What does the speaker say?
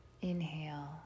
Inhale